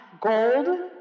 gold